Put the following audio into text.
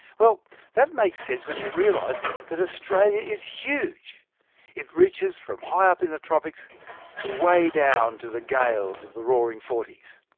well that makes sense when you realise that australia is huge it reaches from high up in the tropics to way down to the gales of the roaring forty s.